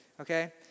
okay